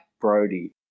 Brody